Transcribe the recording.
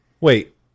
Wait